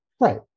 Right